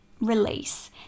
release